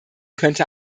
könnte